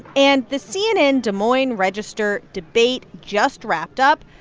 and the cnn des moines register debate just wrapped up.